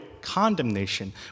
condemnation